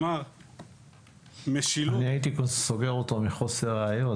אני הייתי סוגר אותו מחוסר ראיות,